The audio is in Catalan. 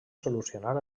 solucionar